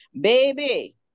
Baby